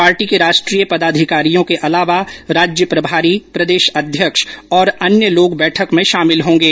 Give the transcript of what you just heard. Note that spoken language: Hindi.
पार्टी के राष्ट्रीय पदाधिकारियों के अलावा राज्य प्रभारी प्रदेश अध्यक्ष और अन्य भी बैठक में शामिल होंगे